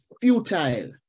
futile